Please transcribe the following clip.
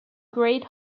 great